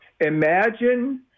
Imagine